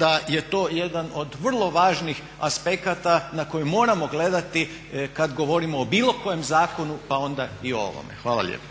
da je to jedan od vrlo važnih aspekata na koje moramo gledati kad govorimo o bilo kojem zakonu, pa onda i o ovome. Hvala lijepo.